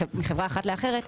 מחברה אחת לאחרת,